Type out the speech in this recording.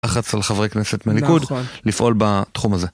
לחץ על חברי כנסת מהליכוד לפעול בתחום הזה.